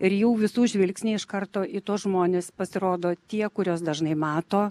ir jau visų žvilgsniai iš karto į tuos žmones pasirodo tie kuriuos dažnai mato